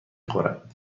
خورد